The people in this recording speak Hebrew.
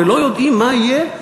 ולא יודעים מה יהיה,